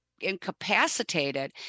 incapacitated